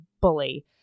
bully